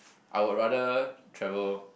I would rather travel